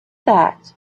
that